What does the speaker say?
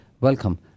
welcome